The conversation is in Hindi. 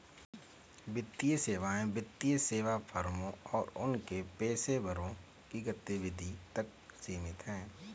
वित्तीय सेवाएं वित्तीय सेवा फर्मों और उनके पेशेवरों की गतिविधि तक सीमित हैं